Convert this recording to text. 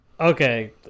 Okay